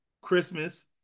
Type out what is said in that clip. Christmas